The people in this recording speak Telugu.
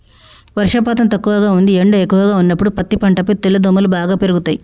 వర్షపాతం తక్కువగా ఉంది ఎండ ఎక్కువగా ఉన్నప్పుడు పత్తి పంటపై తెల్లదోమలు బాగా పెరుగుతయి